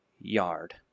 yard